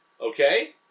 Okay